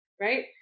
right